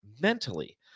mentally